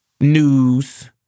news